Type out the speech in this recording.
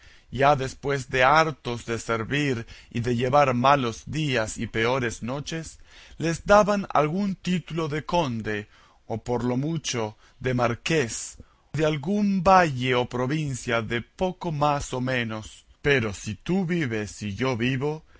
ya después de hartos de servir y de llevar malos días y peores noches les daban algún título de conde o por lo mucho de marqués de algún valle o provincia de poco más a menos pero si tú vives y yo vivo